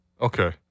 Okay